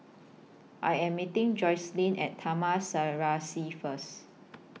I Am meeting Joycelyn At Taman Serasi First